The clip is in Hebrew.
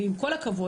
ועם כל הכבוד,